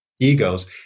egos